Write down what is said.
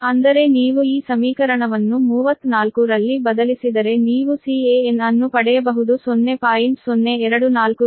ಅಂದರೆ ನೀವು ಈ ಸಮೀಕರಣವನ್ನು 34 ರಲ್ಲಿ ಬದಲಿಸಿದರೆ ನೀವು Can ಅನ್ನು ಪಡೆಯಬಹುದು 0